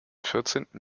vierzehnten